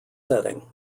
setting